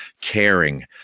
caring